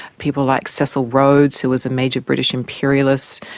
people like cecil rhodes, who was a major british imperialist,